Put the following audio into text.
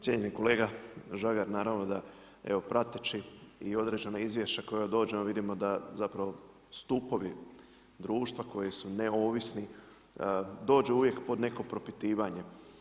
Cijenjeni kolega Žagar, naravno da prateći evo i određena izvješća koja dođu, vidimo da zapravo da stupovi društva koja su neovisni, dođu uvijek pod neko propitivanje.